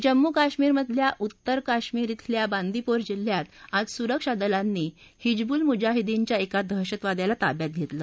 जम्मू काश्मीरमधल्या उत्तर काश्मीर शे बंदीपोरा जिल्ह्यांत आज सुरक्षा दलांनी हिजबुल मुजाहिद्दीनच्या एका दहशतवाद्याला ताब्यात घेतलं